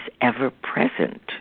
ever-present